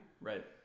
right